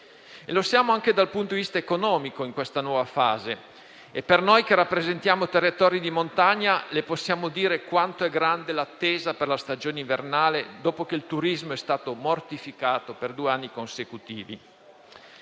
nuova fase anche dal punto di vista economico e noi che rappresentiamo i territori di montagna le possiamo dire quanto è grande l'attesa per la stagione invernale dopo che il turismo è stato mortificato per due anni consecutivi.